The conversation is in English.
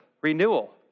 renewal